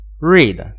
read